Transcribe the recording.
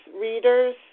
readers